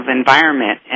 environment